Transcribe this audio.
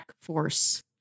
force